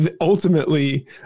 ultimately